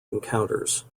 encounters